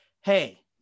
hey